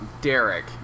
Derek